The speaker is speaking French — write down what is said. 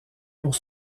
pour